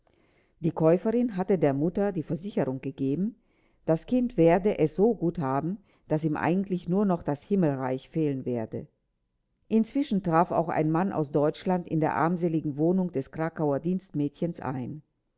die käuferin hatte der mutter die versicherung gegeben das kind werde es so gut haben daß ihm eigentlich nur noch das himmelreich fehlen werde inzwischen traf auch ein mann aus deutschland in der armseligen wohnung des krakauer dienstmädchens ein